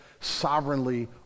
sovereignly